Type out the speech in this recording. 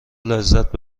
لذت